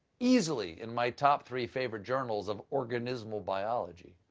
easily in my top three favorite journals of organismal biology.